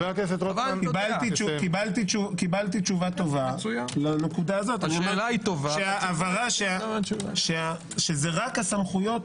קיבלתי תשובה טובה, שההבהרה שזה רק הסמכויות